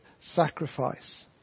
sacrifice